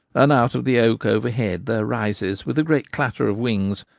and out of the oak overhead there rises, with a great clatter of wings,